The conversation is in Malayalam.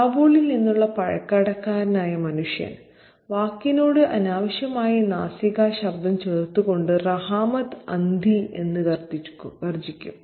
കാബൂളിൽ നിന്നുള്ള പഴക്കടക്കാരനായ മനുഷ്യൻ വാക്കിനോട് അനാവശ്യമായ നാസികാശബ്ദം ചേർത്തുകൊണ്ട് റഹാമത്ത് ഹന്തി എന്ന് ഗർജ്ജിക്കും